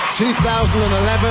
2011